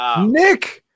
Nick